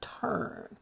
turn